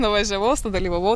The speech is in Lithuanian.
nuvažiavau sudalyvavau